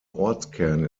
ortskern